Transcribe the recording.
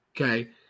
Okay